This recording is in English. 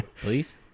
Please